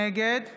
נגד